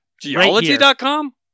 geology.com